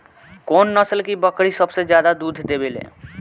कौन नस्ल की बकरी सबसे ज्यादा दूध देवेले?